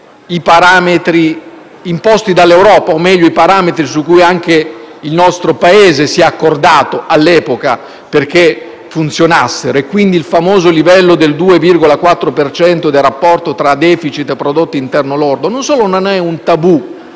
i parametri imposti dall'Europa, o meglio quelli su cui anche il nostro Paese si è accordato all'epoca perché funzionassero, quindi il famoso livello del 2,4 per cento del rapporto tra *deficit* e prodotto interno lordo; non solo non è un tabù